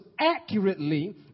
accurately